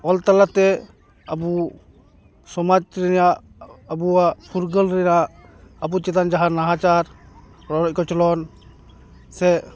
ᱚᱞ ᱛᱟᱞᱟᱛᱮ ᱟᱵᱚ ᱥᱚᱢᱟᱡᱽ ᱨᱮᱭᱟᱜ ᱟᱵᱚᱣᱟᱜ ᱯᱷᱩᱨᱜᱟᱹᱞ ᱨᱮᱭᱟᱜ ᱟᱵᱚ ᱪᱮᱛᱟᱱ ᱡᱟᱦᱟᱸ ᱱᱟᱦᱟᱪᱟᱨ ᱨᱚᱰᱚᱡ ᱠᱚᱪᱞᱚᱱ ᱥᱮ